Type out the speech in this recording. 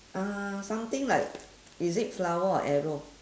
uh something like is it flower or arrow